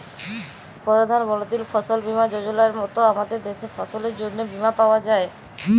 পরধাল মলতির ফসল বীমা যজলার মত আমাদের দ্যাশে ফসলের জ্যনহে বীমা পাউয়া যায়